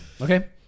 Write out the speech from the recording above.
Okay